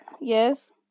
yes